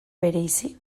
bereizi